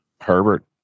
Herbert